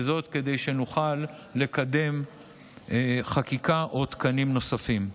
וזאת כדי שנוכל לקדם חקיקה או תקנים נוספים.